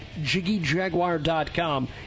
JiggyJaguar.com